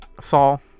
Saul